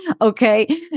Okay